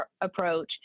approach